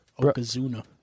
Okazuna